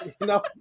No